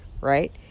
right